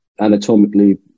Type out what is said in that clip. anatomically